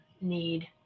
need